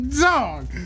dog